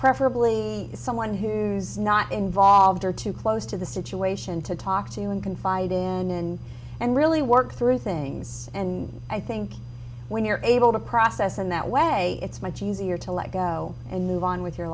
preferably someone who is not involved or too close to the situation to talk to you and confide in and really work through things and i think when you're able to process in that way it's much easier to let go and move on with your